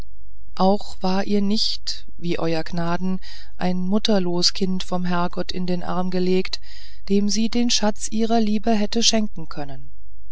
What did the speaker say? auch war ihr nicht wie euer gnaden ein mutterlos kind vom herrgott in den arm gelegt dem sie den schatz ihrer liebe hätte schenken können